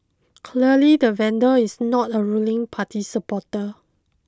clearly the vandal is not a ruling party supporter